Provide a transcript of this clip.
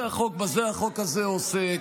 בזה החוק הזה עוסק.